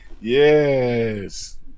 Yes